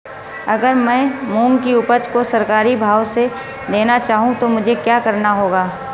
अगर मैं मूंग की उपज को सरकारी भाव से देना चाहूँ तो मुझे क्या करना होगा?